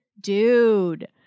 dude